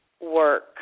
work